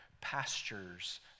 pastures